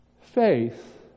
Faith